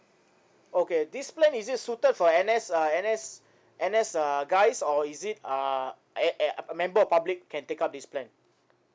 okay this plan is it suited for N_S uh N_S N_S uh guys or is it uh a a member of public can take up this plan